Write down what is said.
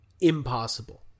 impossible